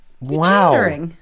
Wow